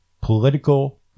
political